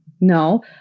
no